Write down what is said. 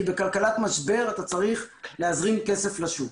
כי בכלכלת משבר אתה צריך להזרים כסף לשוק,